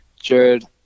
jared